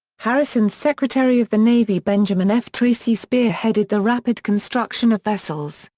harrison's secretary of the navy benjamin f. tracy spearheaded the rapid construction of vessels,